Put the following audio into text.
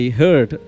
heard